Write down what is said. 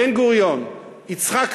בן-גוריון, יצחק רבין,